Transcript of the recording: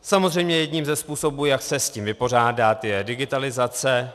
Samozřejmě jedním ze způsobů, jak se s tím vypořádat, je digitalizace.